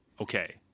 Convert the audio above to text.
okay